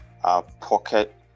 pocket